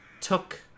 took